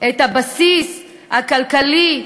את הבסיס הכלכלי,